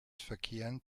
verkehren